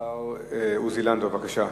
השר עוזי לנדאו, בבקשה,